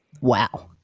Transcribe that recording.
wow